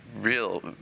real